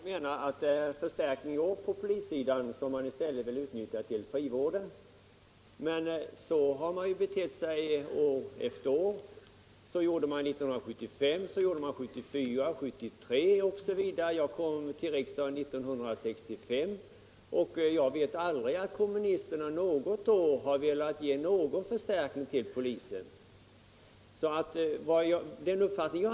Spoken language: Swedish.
Herr talman! Herr Lövenborg menar att det i år på polissidan finns en förstärkning, som han i stället vill utnyttja för frivården. Så har man betett sig år efter år, 1975, 1974, 1973 osv. Jag kom till riksdagen 1965. Jag vet inte att kommunisterna något år har velat ge någon förstärkning till polisen.